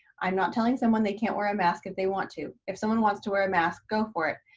i'm not telling someone they can't wear a mask if they want to. if someone wants to wear a mask, go for it,